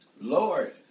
Lord